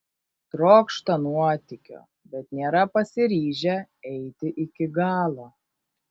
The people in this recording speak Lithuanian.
trokšta nuotykio bet nėra pasiryžę eiti iki galo